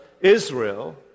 Israel